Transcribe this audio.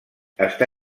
està